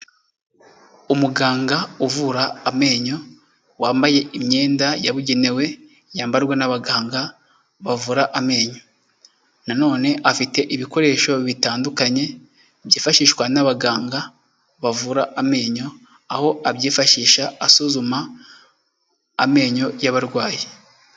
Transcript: Umuganga uvura amenyo wambaye imyenda yabugenewe yambarwa n'abaganga bavura amenyo, nanone afite ibikoresho bitandukanye byifashishwa n'abaganga bavura amenyo, aho abyifashisha asuzuma amenyo y'abarwayi.